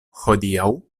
hodiaŭ